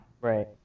right